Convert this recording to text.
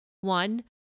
One